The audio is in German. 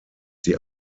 sie